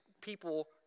people